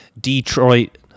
Detroit